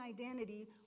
identity